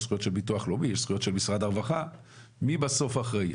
של ביטוח לאומי ויש זכויות של משרד הרווחה מי בסוף אחראי.